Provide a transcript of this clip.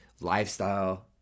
lifestyle